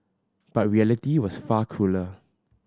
but reality was far crueller